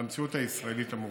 במציאות הישראלית המורכבת.